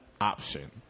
option